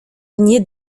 nie